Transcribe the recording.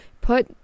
put